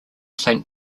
saint